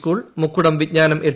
school മുക്കുടം വിജ്ഞാനം L